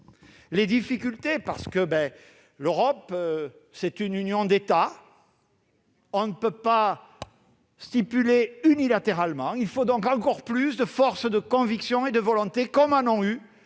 les difficultés rencontrées parce que l'Europe est une union d'États et que l'on ne peut pas décider unilatéralement. Il faut donc encore plus de force de conviction et de volonté, comme en ont eu